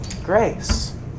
grace